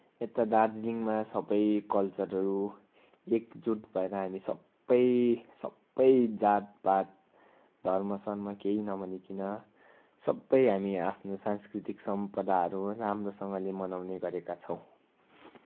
यता दार्जिलिङमा सबै कल्चरहरू एकजुट भएर हामी सबै सबै जातपात धर्मसर्म केही नभनीकिन सबै हामी आफ्नो सांस्कृतिक सम्पदाहरू राम्रोसँगले मनाउने गरेका छौँ